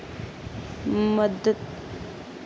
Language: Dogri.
मदद